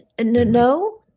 no